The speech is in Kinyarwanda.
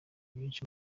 byinshi